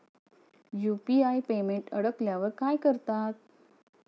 UPI payment अडकल्यावर काय करतात?